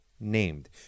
named